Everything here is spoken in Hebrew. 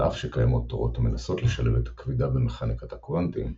על אף שקיימות תורות המנסות לשלב את הכבידה במכניקת הקוונטים,